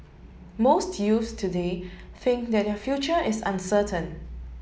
most youths today think that their future is uncertain